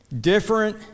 Different